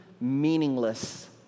meaningless